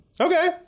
Okay